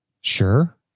Sure